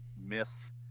miss